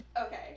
Okay